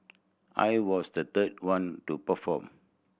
I was the third one to perform